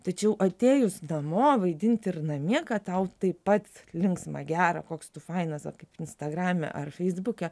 tačiau atėjus namo vaidinti ir namie kad tau taip pat linksma gera koks tu failas ar kaip instagrame ar feisbuke